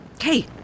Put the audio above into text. Hey